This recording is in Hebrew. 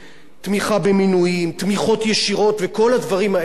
תמיכות ישירות וכל הדברים האלה שאנחנו רואים אותם בכל